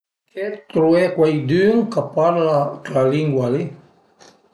Truvé cuaidün ch'a parla ch'la lingua li